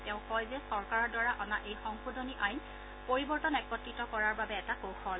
তেওঁ কয় যে চৰকাৰৰ দ্বাৰা অনা এই সংশোধনী আইন পৰিৱৰ্তন একত্ৰিত কৰাৰ বাবে এটা কৌশল